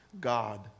God